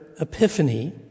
Epiphany